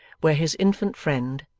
where his infant friend,